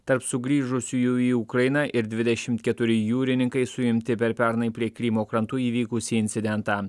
tarp sugrįžusiųjų į ukrainą ir dvidešimt keturi jūrininkai suimti per pernai prie krymo krantų įvykusį incidentą